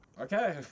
Okay